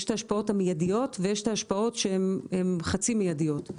יש את ההשפעות המיידיות ואת ההשפעות שהן חצי מיידיות.